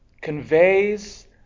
conveys